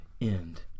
end